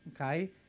okay